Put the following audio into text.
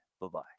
Bye-bye